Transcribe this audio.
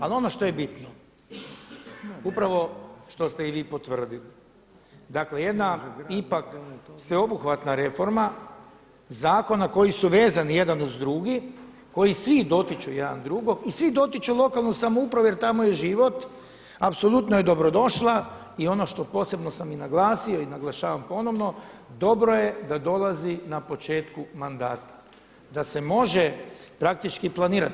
Ali ono što je bitno, upravo što ste i vi potvrdili dakle jedna ipak sveobuhvatna reforma zakona koji su vezani jedan uz drugi, koji svi dotiču jedan drugog i svi dotiču lokalnu samoupravu jer tamo je život, apsolutno je dobro došla i ono što posebno sam i naglasio i naglašavam ponovno dobro je da dolazi na početku mandata, da se može praktički planirati.